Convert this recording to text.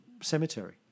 Cemetery